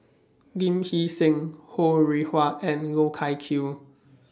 Lee Hee Seng Ho Rih Hwa and Loh Wai Kiew